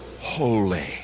holy